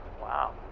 wow